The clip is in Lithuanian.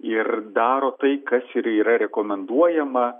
ir daro tai kas ir yra rekomenduojama